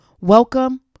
Welcome